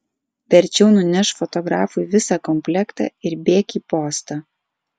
verčiau nunešk fotografui visą komplektą ir bėk į postą